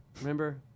Remember